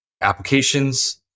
applications